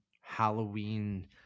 Halloween